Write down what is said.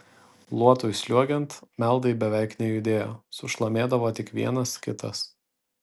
luotui sliuogiant meldai beveik nejudėjo sušlamėdavo tik vienas kitas